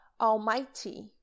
Almighty